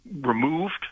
removed